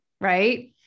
Right